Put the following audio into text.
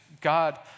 God